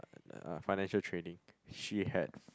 uh financial trading she had